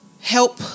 help